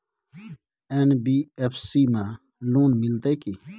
NBFC में loan मिलते की?